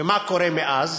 ומה קורה מאז?